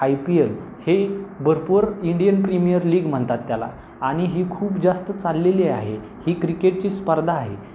I P L हे भरपूर Indian Premier League म्हणतात त्याला आणि ही खूप जास्त चाललेली आहे ही क्रिकेटची स्पर्धा आहे